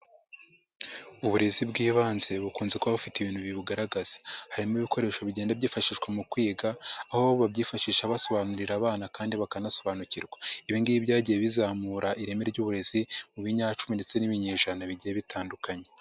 Uburezi bw'ibanze bukunze kuba bufite ibintu bibugaragaza, harimo ibikoresho bigenda byifashishwa mu kwiga aho babyifashisha basobanurira abana kandi bakanasobanukirwa, ibingibi byagiye bizamura ireme ry'uburezi mu binyacu ndetse n'ibinyejana bigiye bitandukanye.